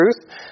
truth